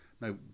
No